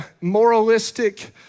moralistic